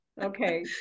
okay